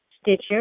Stitcher